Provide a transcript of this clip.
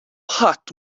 ħadd